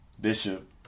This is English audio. Bishop